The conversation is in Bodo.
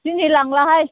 दिनै लांलाहाय